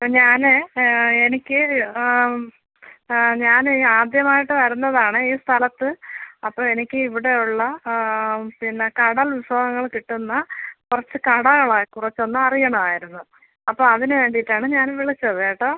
ഞാൻ എനിക്ക് ഞാൻ ആദ്യമായിട്ട് വരുന്നത് ആണ് ഈ സ്ഥലത്ത് അപ്പോൾ എനിക്ക് ഇവിടെ ഉള്ള പിന്നെ കടൽ വിഭവങ്ങൾ കിട്ടുന്ന കുറച്ച് കടകളെക്കുറിച്ച് ഒന്ന് അറിയണമായിരുന്നു അപ്പോൾ അതിന് വേണ്ടിയിട്ട് ആണ് ഞാൻ വിളിച്ചത് കേട്ടോ